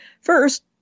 first